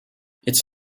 its